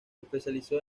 especializó